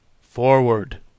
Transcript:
forward